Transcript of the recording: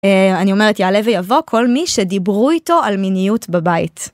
אני אומרת יעלה ויבוא כל מי שדיברו איתו על מיניות בבית.